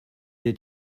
your